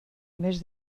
més